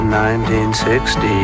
1960